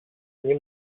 nie